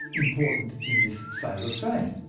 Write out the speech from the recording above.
important in this sailor's saying?